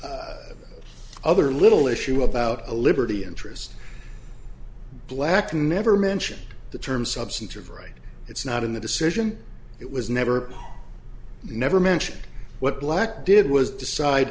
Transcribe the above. other little issue about a liberty interest black never mention the term substantive right it's not in the decision it was never never mentioned what black did was decide